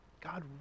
God